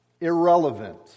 irrelevant